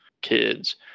kids